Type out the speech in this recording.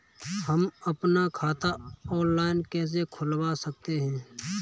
हम अपना खाता ऑनलाइन कैसे खुलवा सकते हैं?